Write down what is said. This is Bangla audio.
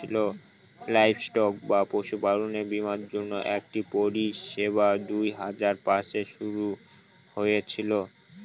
লাইভস্টক বা পশুপালনের বীমার জন্য এক পরিষেবা দুই হাজার পাঁচে শুরু হয়েছিল